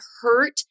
hurt